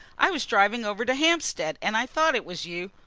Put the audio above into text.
i was driving over to hampstead, and i thought it was you.